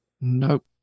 Nope